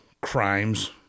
crimes